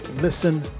Listen